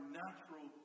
natural